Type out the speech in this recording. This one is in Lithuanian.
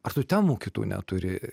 ar tų temų kitų neturi